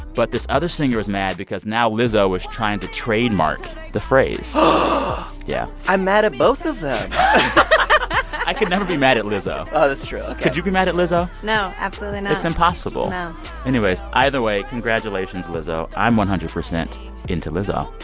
but this other singer is mad because now lizzo is trying to trademark the phrase. yeah i'm mad at both of them i could never be mad at lizzo oh, that's true. ok could you be mad at lizzo? no, absolutely not it's impossible no anyways, either way, congratulations, lizzo. i'm one hundred percent into lizzo